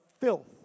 filth